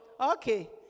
Okay